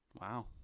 Wow